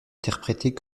interprétées